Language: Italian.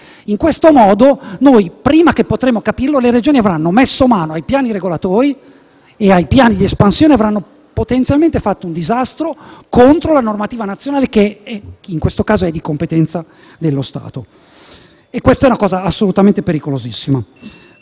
In questo modo, prima ancora di poterlo capire, le Regioni avranno messo mano ai piani regolatori e ai piani di espansione e avranno potenzialmente fatto un disastro contro la normativa nazionale che in questo caso è di competenza dello Stato. Questa è una previsione pericolosissima.